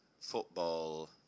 football